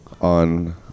On